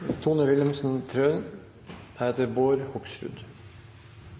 Tone Wilhelmsen Trøen